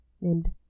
named